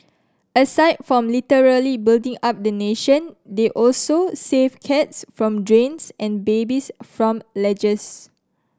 aside from literally building up the nation they also save cats from drains and babies from ledges